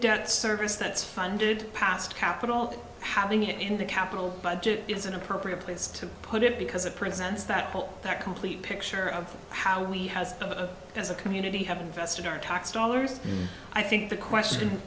debt service that's funded past capital having it in the capital budget is an appropriate place to put it because it presents that goal that complete picture of how we has a as a community have invested our tax dollars and i think the question